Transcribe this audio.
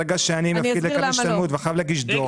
ברגע שאני מפקיד לקרן השתלמות וחייב להגיש דוח.